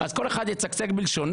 אז כל אחד יצקצק בלשונו,